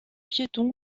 piétons